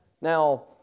Now